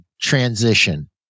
transition